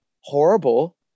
horrible